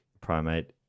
primate